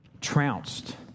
trounced